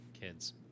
kids